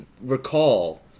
recall